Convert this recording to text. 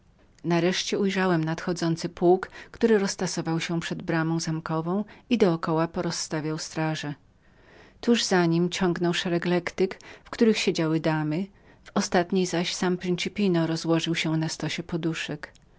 nareszcie ujrzałem nadchodzący pułk który roztasował się przed bramą zamkową i dokoła porozstawiał straże tuż za nim ciągnął szereg lektyk w których siedziały damy w ostatniej zaś sam principino rozkładał się na stosie poduszek